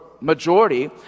majority